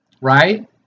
right